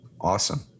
Awesome